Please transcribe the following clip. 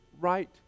right